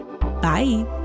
Bye